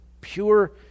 pure